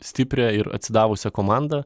stiprią ir atsidavusią komandą